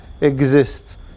exists